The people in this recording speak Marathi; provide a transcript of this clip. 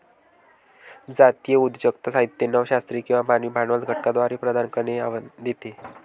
जातीय उद्योजकता साहित्य नव शास्त्रीय किंवा मानवी भांडवल घटकांद्वारे प्रदान करणे हे आव्हान देते